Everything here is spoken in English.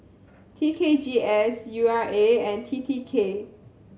T K G S U R A and T T K